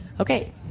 Okay